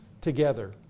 together